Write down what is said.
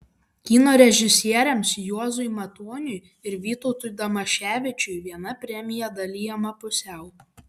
kino režisieriams juozui matoniui ir vytautui damaševičiui viena premija dalijama pusiau